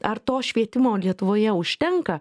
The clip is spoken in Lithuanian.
ar to švietimo lietuvoje užtenka